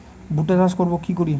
ভুট্টা চাষ করব কি করে?